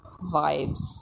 vibes